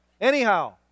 Anyhow